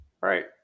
right